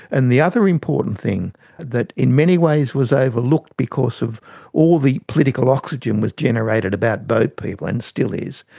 and the other important thing that in many ways was overlooked because of all the political oxygen that was generated about boat people and still is,